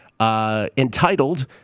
Entitled